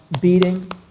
beating